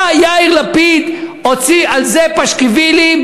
מה יאיר לפיד הוציא על זה פשקווילים,